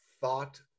Thought